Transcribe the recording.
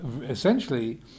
essentially